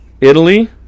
Italy